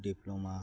diploma